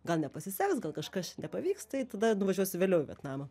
gal nepasiseks gal kažkas čia nepavyks tai tada nuvažiuosiu vėliau vietnamą